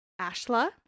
Ashla